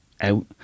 out